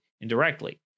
indirectly